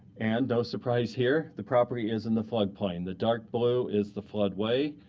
and, no surprise here, the property is in the flood plain. the dark blue is the flood way,